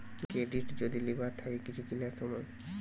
credit যদি লিবার থাকে কিছু কিনার সময়